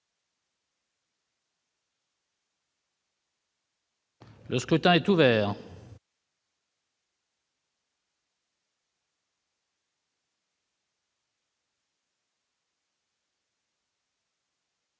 Le scrutin est ouvert.